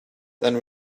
then